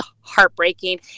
heartbreaking